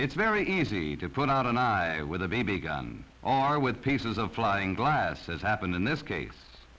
it's very easy to put out an eye with a baby a gun are with pieces of flying glass as happened in this case